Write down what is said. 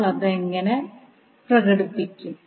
നമ്മൾ അത് എങ്ങനെ പ്രകടിപ്പിക്കും